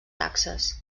taxes